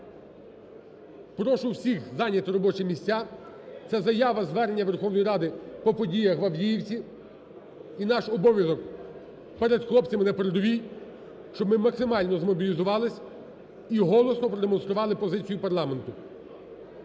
Прошу всіх зайняти робочі місця. Це заява-звернення Верховної Ради по подіях в Авдіївці. І наш обов'язок перед хлопцями на передовій, щоб ми максимально змобілізувались – і голосно продемонстрували позицію парламенту.